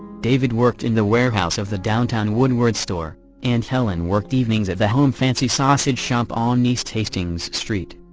david worked in the warehouse of the downtown woodward's store and helen worked evenings at the home fancy sausage shop on east hastings street.